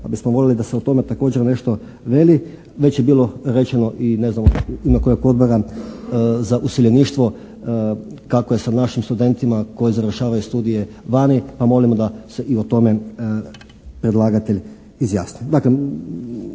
pa bismo molili da se o tome također nešto veli. Već je bilo rečeno i ne znam od kojeg odbora za useljeništvo kako je sa našim studentima koji završavaju studije vani, pa molimo da se i o tome predlagatelj izjasni.